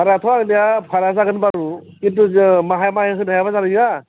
भारायाथ' आंनिया भाराया जागोन बारु खिन्थु जों माहाय माहाय होनो हायाबा जानाय नोङा